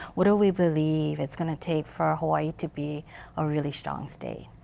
what do we believe it's going to take for hawai'i to be a really strong state?